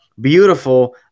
beautiful